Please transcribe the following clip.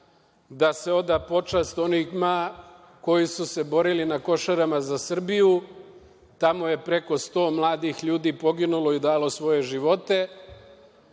da se oda počast onima koji su se borili na Košarama za Srbiju. Tamo je preko 100 mladih ljudi poginulo i dalo svoje živote.